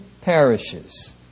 parishes